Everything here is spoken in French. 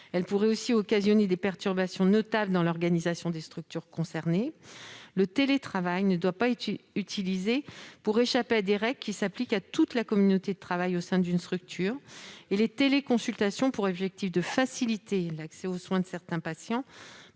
Il pourrait aussi entraîner des perturbations notables dans l'organisation de ces services. Le télétravail ne doit pas être utilisé pour échapper à des règles qui s'appliquent à toute la communauté de travail au sein d'une structure. Les téléconsultations ont pour objectif de faciliter l'accès aux soins de certains patients,